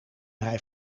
hij